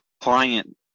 client